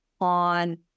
on